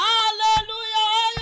Hallelujah